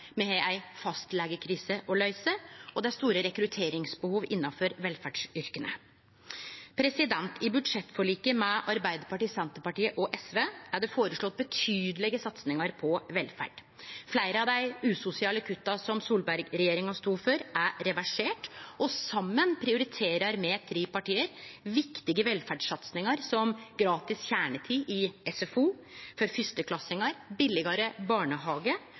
me har ei fastlegekrise å løyse, og det er store rekrutteringsbehov innanfor velferdsyrka. I budsjettforliket mellom Arbeidarpartiet, Senterpartiet og SV er det føreslege betydelege satsingar på velferd. Fleire av dei usosiale kutta Solberg-regjeringa stod for, er reverserte, og saman prioriterer me tre partia viktige velferdssatsingar som gratis kjernetid i SFO for fyrsteklassingar, billegare barnehage